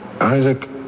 Isaac